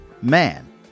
Man